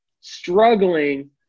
struggling